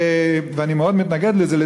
ואני מאוד מתנגד לזה,